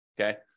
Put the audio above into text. okay